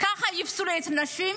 ככה יפסלו נשים?